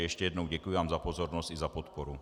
Ještě jednou děkuji za pozornost i za podporu.